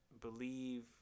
believe